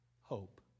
hope